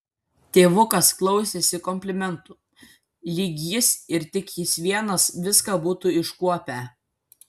tėvukas klausėsi komplimentų lyg jis ir tik jis vienas viską būtų iškuopę